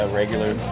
regular